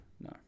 No